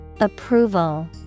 Approval